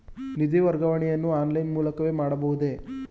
ನಿಧಿ ವರ್ಗಾವಣೆಯನ್ನು ಆನ್ಲೈನ್ ಮೂಲಕವೇ ಮಾಡಬಹುದೇ?